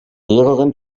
lehrerin